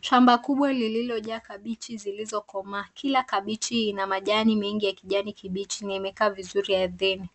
Shamba kubwa lililojaa kabichi zilizokomaa. Kila kabichi ina majani mengi ya kijani kibichi na imekaa vizuri ardhini.